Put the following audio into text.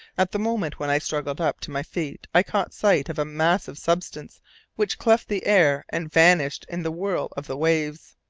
at the moment when i struggled up to my feet i caught sight of a massive substance which cleft the air and vanished in the whirl of the waves.